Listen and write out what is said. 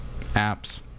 apps